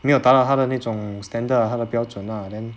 没有达到他的那种 standard ah 他的标准 ah then